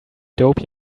dope